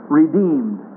redeemed